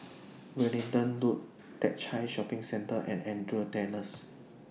Wellington Road Teck Whye Shopping Centre and Andrews Terrace